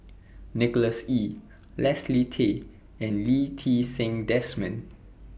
Nicholas Ee Leslie Tay and Lee Ti Seng Desmond